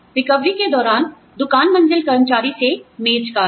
recovery के दौरान दुकान मंजिल कर्मचारी से मेज कार्य